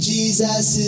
Jesus